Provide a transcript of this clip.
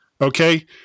okay